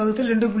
35 0